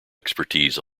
expertise